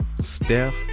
Steph